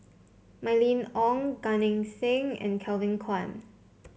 Mylene Ong Gan Eng Seng and Kevin Kwan